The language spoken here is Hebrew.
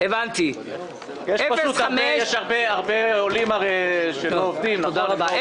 הנושא שעלה בתחילת הישיבה,